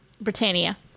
Britannia